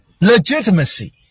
legitimacy